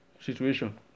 situation